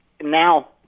Now